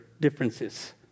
differences